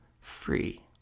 free